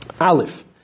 Aleph